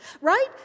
Right